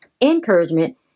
Encouragement